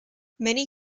many